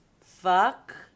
fuck